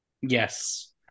yes